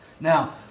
Now